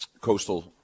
Coastal